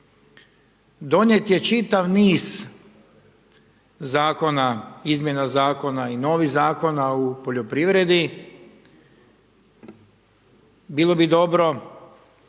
Donijet je čitav niz zakon, izmjena zakona i novih zakona u poljoprivredi, bilo bi dobro